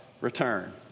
return